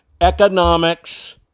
Economics